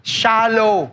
shallow